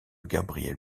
gabriel